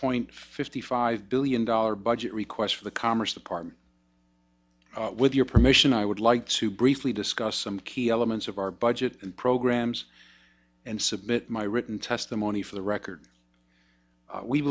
point fifty five billion dollar budget request for the commerce department with your permission i would like to briefly discuss some key elements of our budget and programs and submit my written testimony for the record